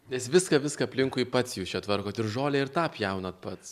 nes viską viską aplinkui pats jūs čia tvarkot ir žolę ir tą pjaunat pats